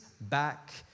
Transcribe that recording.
back